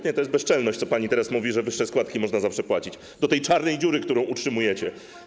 Nie, to jest bezczelność, co pani teraz mówi, że wyższe składki można zawsze płacić do tej czarnej dziury, którą utrzymujecie.